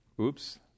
Oops